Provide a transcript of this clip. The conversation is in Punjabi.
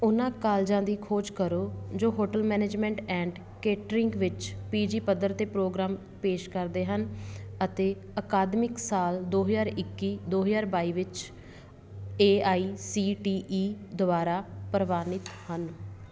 ਉਹਨਾਂ ਕਾਲਜਾਂ ਦੀ ਖੋਜ ਕਰੋ ਜੋ ਹੋਟਲ ਮੈਨੇਜਮੈਂਟ ਐਂਡ ਕੇਟਰਿੰਗ ਵਿੱਚ ਪੀਜੀ ਪੱਧਰ 'ਤੇ ਪ੍ਰੋਗਰਾਮ ਪੇਸ਼ ਕਰਦੇ ਹਨ ਅਤੇ ਅਕਾਦਮਿਕ ਸਾਲ ਦੋ ਹਜ਼ਾਰ ਇੱਕੀ ਦੋ ਹਜ਼ਾਰ ਬਾਈ ਵਿੱਚ A I C T E ਦੁਆਰਾ ਪ੍ਰਵਾਨਿਤ ਹਨ